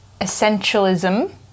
Essentialism